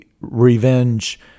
revenge